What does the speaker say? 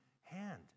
hand